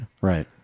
Right